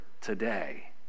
today